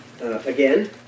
Again